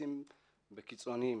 נתפסים על ידי קיצוניים